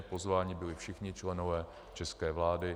Pozváni byli všichni členové české vlády.